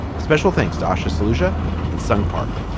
special thanks to asha, saluda and sung park.